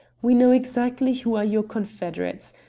we know exactly who are your confederates.